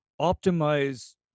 optimize